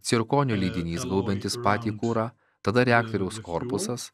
cirkonio lydinys gaubiantys patį kurą tada reaktoriaus korpusas